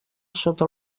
sota